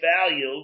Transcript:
value